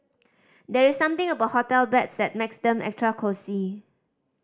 there's something about hotel beds that makes them extra cosy